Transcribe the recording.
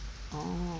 orh